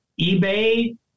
eBay